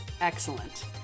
Excellent